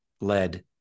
led